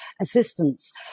assistance